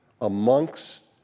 amongst